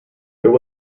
there